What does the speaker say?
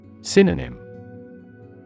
Synonym